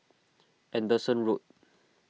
Anderson Road